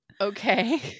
Okay